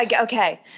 Okay